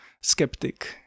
skeptic